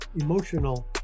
emotional